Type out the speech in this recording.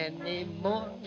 anymore